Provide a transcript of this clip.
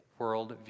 worldview